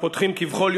בוקר טוב.